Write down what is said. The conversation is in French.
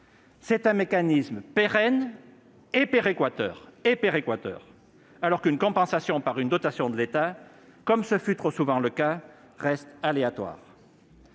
C'est un mécanisme pérenne et péréquateur alors qu'une compensation par une dotation de l'État, comme ce fut trop souvent le cas, reste aléatoire.